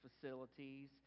facilities